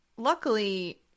luckily